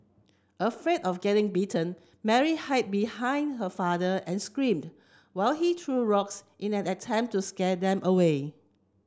afraid of getting bitten Mary hid behind her father and screamed while he threw rocks in an attempt to scare them away